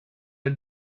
his